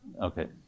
okay